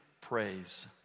praise